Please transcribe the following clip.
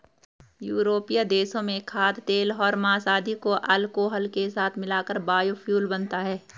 यूरोपीय देशों में खाद्यतेल और माँस आदि को अल्कोहल के साथ मिलाकर बायोफ्यूल बनता है